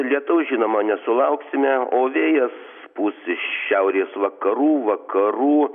lietaus žinoma nesulauksime o vėjas pūs šiaurės vakarų vakarų